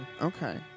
Okay